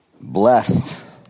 Blessed